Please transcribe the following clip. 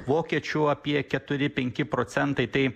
vokiečių apie keturi penki procentai tai